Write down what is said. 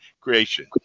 creation